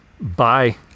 bye